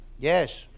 yes